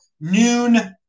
noon